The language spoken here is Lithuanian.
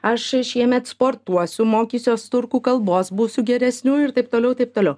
aš šiemet sportuosiu mokysiuos turkų kalbos būsiu geresniu ir taip toliau taip toliau